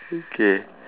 okay